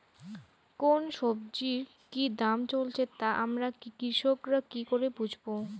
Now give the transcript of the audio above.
কোন সব্জির কি দাম চলছে তা আমরা কৃষক রা কি করে বুঝবো?